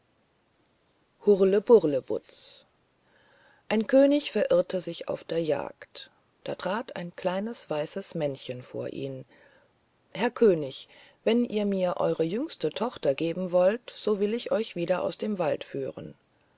hurleburlebutz ein könig verirrte sich auf der jagd da trat ein kleines weißes männchen vor ihn herr könig wenn ihr mir eure jüngste tochter geben wollt so will ich euch wieder aus dem wald führen